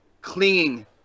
clinging